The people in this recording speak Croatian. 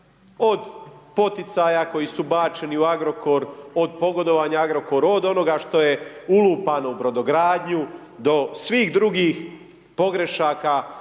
Od poticaja koji su bačeni u Agrokor, od pogodovanja Agrokoru, od onoga što je ulupano u brodogradnju do svih drugih pogrešaka